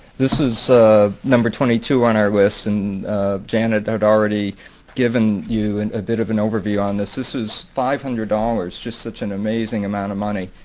this is number twenty two on our list and janet had already given you and a bit of an overview on this. this is five hundred dollars. just such an amazing amount of money.